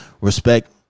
Respect